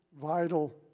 vital